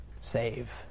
save